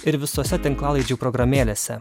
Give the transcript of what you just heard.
ir visose tinklalaidžių programėlėse